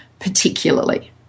particularly